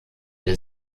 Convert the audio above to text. der